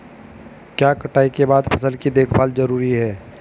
क्या कटाई के बाद फसल की देखभाल जरूरी है?